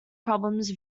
problems